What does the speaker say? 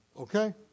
Okay